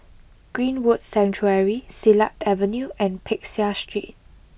Greenwood Sanctuary Silat Avenue and Peck Seah Street